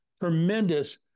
tremendous